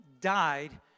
died